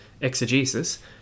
exegesis